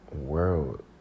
world